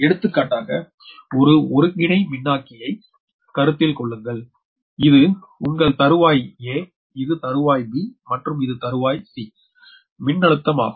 எடுத்துக்காட்டாக ஒரு ஒருங்கிணை மின்னாக்கியை கருத்திக்கொள்ளுங்கள் இது உங்கள் தருவாய் a இது தருவாய் b மற்றும் இது தருவாய் c மின்னழுத்தம் ஆகும்